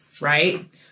Right